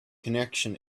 connection